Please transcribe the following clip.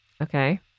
Okay